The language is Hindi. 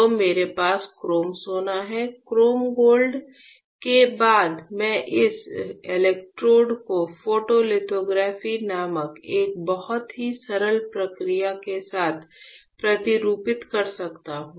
तो मेरे पास क्रोम सोना है क्रोम गोल्ड के बाद मैं इस इलेक्ट्रोड को फोटोलिथोग्राफी नामक एक बहुत ही सरल प्रक्रिया के साथ प्रतिरूपित कर सकता हूं